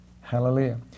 Hallelujah